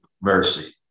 mercy